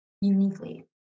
uniquely